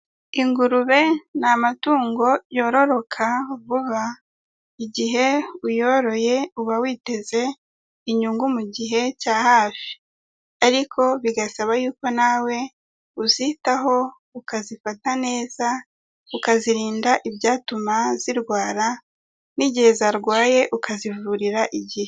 Ingurube ni amatungo yororoka vuba, igihe uyoroye uba witeze inyungu mu gihe cya hafi, ariko bigasaba yuko nawe uzitaho ukazifata neza, ukazirinda ibyatuma zirwara n'igihe zarwaye ukazivurira igihe.